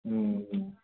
ಹ್ಞೂ ಹ್ಞೂ